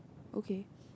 okay